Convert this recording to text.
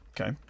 Okay